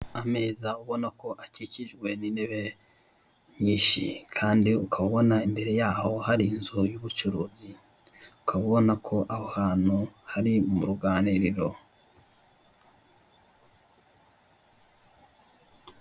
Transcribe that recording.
Ameza ubona ko akikijwe n'intebe nyinshi kandi ukaba ubona imbere yaho hari inzu y'ubucuruzi ukaba ubona ko aho hantu hari mu ruganiriro.